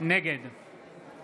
נגד